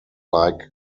like